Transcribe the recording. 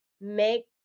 make